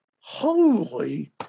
Holy